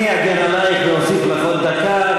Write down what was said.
אני אגן עלייך ואוסיף לך עוד דקה,